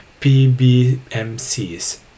PBMCs